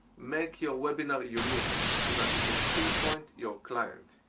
make your webinar unique so that you can pinpoint your clients.